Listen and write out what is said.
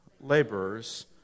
Laborers